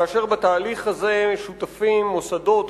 כאשר בתהליך הזה שותפים מוסדות,